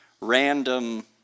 random